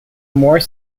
more